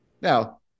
Now